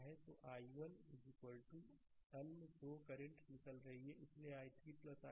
तो i1 अन्य 2 current निकल रही हैं इसलिए i3 i5